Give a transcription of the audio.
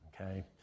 okay